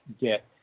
get